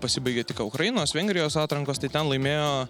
pasibaigė tik ką ukrainos vengrijos atrankos tai ten laimėjo